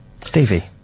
stevie